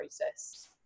process